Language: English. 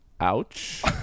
Ouch